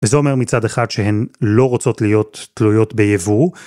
וזה אומר מצד אחד שהן לא רוצות להיות תלויות ביבוא.